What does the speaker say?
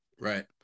right